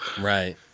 Right